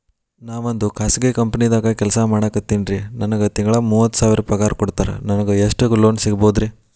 ನಾವೊಂದು ಖಾಸಗಿ ಕಂಪನಿದಾಗ ಕೆಲ್ಸ ಮಾಡ್ಲಿಕತ್ತಿನ್ರಿ, ನನಗೆ ತಿಂಗಳ ಮೂವತ್ತು ಸಾವಿರ ಪಗಾರ್ ಕೊಡ್ತಾರ, ನಂಗ್ ಎಷ್ಟು ಲೋನ್ ಸಿಗಬೋದ ರಿ?